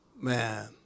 Man